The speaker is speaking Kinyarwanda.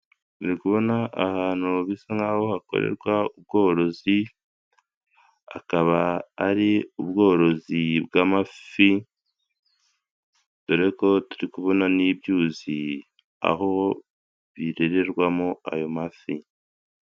Turi kubona ahantu bisa nk'aho hakorerwa ubworozi. Akaba ari ubworozi bw'amafi. Dore ko turi kubona n'ibyuzi aho birererwamo ayo mafi.